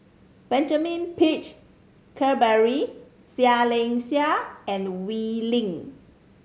Benjamin Peach Keasberry Seah Liang Seah and Wee Lin